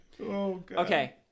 okay